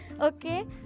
Okay